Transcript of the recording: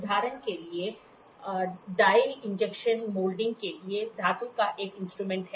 उदाहरण के लिए डाई इंजेक्शन मोल्डिंग के लिए धातु का एक इंस्ट्रूमेंट है